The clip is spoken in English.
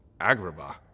agrabah